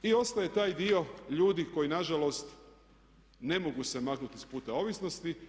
I ostaje taj dio ljudi koji na žalost ne mogu se maknuti iz puta ovisnosti.